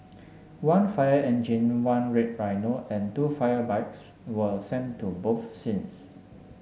one fire engine one red rhino and two fire bikes were sent to both scenes